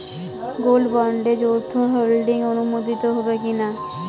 Gold বন্ডে যৌথ holding অনুমোদিত হবে কিনা?